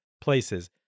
places